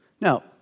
Now